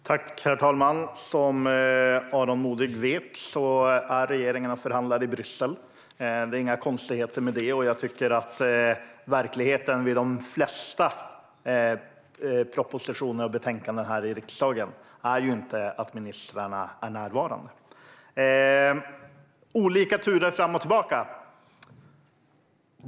Herr talman! Som Aron Modig vet befinner sig regeringen i Bryssel och förhandlar. Det är inga konstigheter med det. I verkligheten är ministrarna inte närvarande vid de flesta propositioner och betänkanden här i riksdagen. Det talas om olika turer fram och tillbaka.